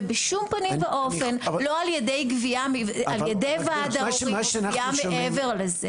ובשום פנים ואופן לא על ידי גבייה על ידי ועד ההורים או גבייה מעבר לזה.